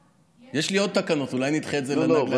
יש לי עוד תקנות, אולי נדחה את זה לנגלה השנייה.